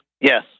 Yes